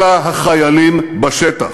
אלא החיילים בשטח.